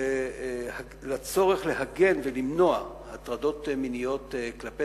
לצורך להגן ולמנוע הטרדות מיניות כלפי